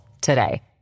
today